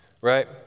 right